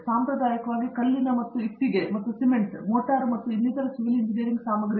ಸಾಂಪ್ರದಾಯಿಕವಾಗಿ ಕಲ್ಲಿನ ಮತ್ತು ಇಟ್ಟಿಗೆ ಮತ್ತು ಸಿಮೆಂಟ್ ಮೋಟಾರು ಮತ್ತು ಇನ್ನಿತರ ಸಿವಿಲ್ ಎಂಜಿನೀಯರಿಂಗ್ ಸಾಮಗ್ರಿಗಳು